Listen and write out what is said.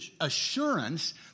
assurance